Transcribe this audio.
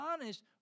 honest